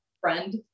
friend